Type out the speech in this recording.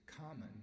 common